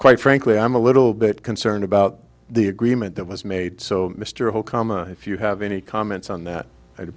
quite frankly i'm a little bit concerned about the agreement that was made so mr hall comma if you have any comments on that i